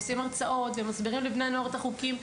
עושים הרצאות ומסבירים לבני הנוער את החוקים.